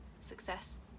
success